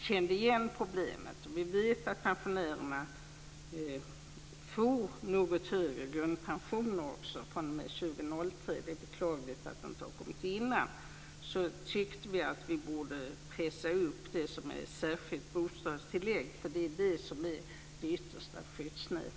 kände igen problemet. Vi vet att pensionärerna får något högre grundpensioner fr.o.m. 2003. Det är beklagligt att det inte kommer tidigare. Då tyckte vi att vi borde pressa upp det särskilda bostadstillägget. Det är det som är det yttersta skyddsnätet.